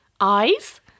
eyes